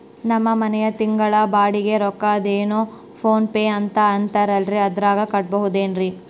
ನಮ್ಮ ಮನೆಯ ತಿಂಗಳ ಬಾಡಿಗೆ ರೊಕ್ಕ ಅದೇನೋ ಪೋನ್ ಪೇ ಅಂತಾ ಐತಲ್ರೇ ಅದರಾಗ ಕಟ್ಟಬಹುದೇನ್ರಿ?